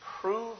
prove